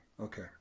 Okay